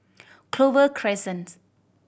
Clover Crescent